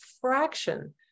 fraction